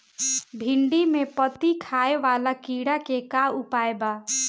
भिन्डी में पत्ति खाये वाले किड़ा के का उपाय बा?